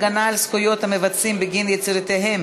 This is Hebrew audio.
הגנה על זכויות מבצעים בגין יצירותיהם